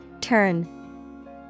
Turn